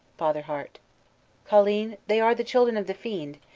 father hart colleen, they are the children of the fiend,